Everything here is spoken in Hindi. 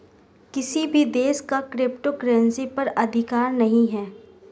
किसी भी देश का क्रिप्टो करेंसी पर अधिकार नहीं है